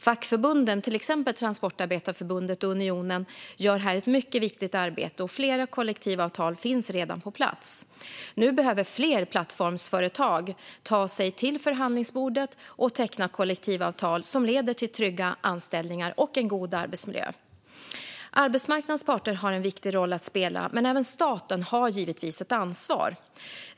Fackförbunden, till exempel Transportarbetareförbundet och Unionen, gör här ett mycket viktigt arbete och flera kollektivavtal finns redan på plats. Nu behöver fler plattformsföretag ta sig till förhandlingsbordet och teckna kollektivavtal som leder till trygga anställningar och en god arbetsmiljö. Arbetsmarknadens parter har en viktig roll att spela, men även staten har givetvis ett ansvar.